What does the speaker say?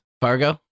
Fargo